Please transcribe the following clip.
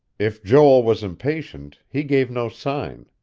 if joel was impatient, he gave no sign.